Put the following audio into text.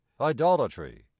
idolatry